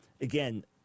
again